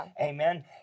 Amen